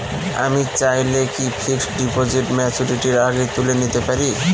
আমি চাইলে কি ফিক্সড ডিপোজিট ম্যাচুরিটির আগেই তুলে নিতে পারি?